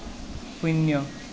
শূন্য